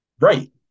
Right